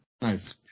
Nice